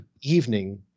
evening